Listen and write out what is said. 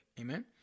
Amen